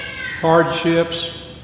hardships